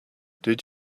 did